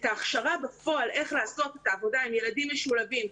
ההכשרה בפועל איך לעשות את העבודה עם ילדים משולבים,